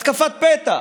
התקפת פתע,